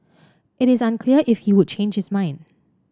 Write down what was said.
it is unclear if he would change his mind